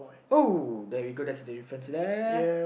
oh there we go that's a difference there